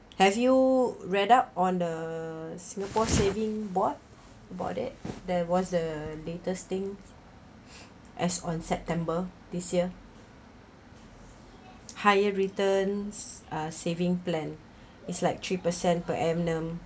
have you read up on a singapore saving board about it there was a latest thing as on september this year higher returns uh saving plan is like three percent per annum